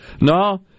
No